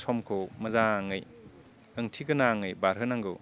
समखौ मोजाङै ओंथि गोनाङै बारहोनांगौ